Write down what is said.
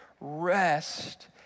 rest